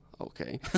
okay